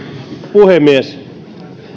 puhemies